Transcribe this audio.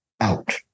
out